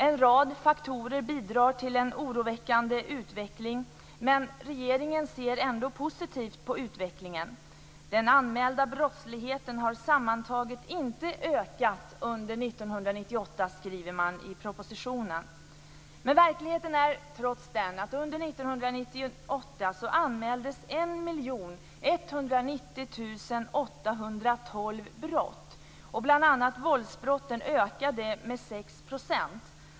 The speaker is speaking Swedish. En rad faktorer bidrar till en oroväckande utveckling, men regeringen ser ändå positivt på saken: "Den anmälda brottsligheten har sammantaget inte ökat under 1998" skriver man i propositionen. Men verkligheten är trots allt att under 1998 anmäldes 1 190 812 brott. Bl.a. ökade våldsbrotten med 6 %.